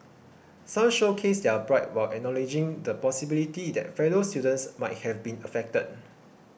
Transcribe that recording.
some showcased their pride while acknowledging the possibility that fellow students might have been affected